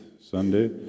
Sunday